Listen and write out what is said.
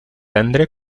tendre